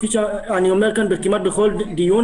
כפי שאני אומר כאן כמעט בכל דיון,